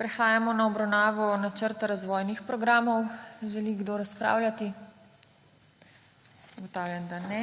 Prehajamo na obravnavo Načrta razvojnih programov. Želi kdo razpravljati? Ugotavljam, da ne,